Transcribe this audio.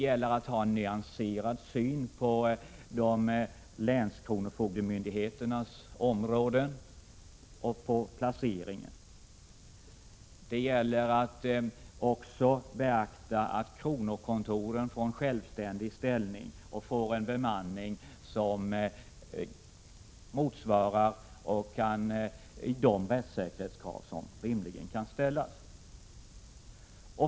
Man måste anlägga en nyanserad syn på länskronofogdemyndigheternas områden och placering. Det gäller också att beakta att kronokontoren får en självständig ställning och en bemanning, som motsvarar de rättssäkerhetskrav som rimligen kan ställas.